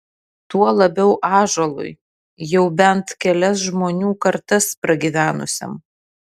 tuo labiau ąžuolui jau bent kelias žmonių kartas pragyvenusiam